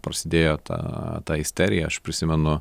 prasidėjo ta ta isterija aš prisimenu